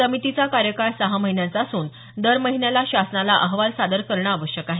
समितीचा कार्यकाळ सहा महिन्यांचा असून दर महिन्याला शासनाला अहवाल सादर करणं आवश्यक आहे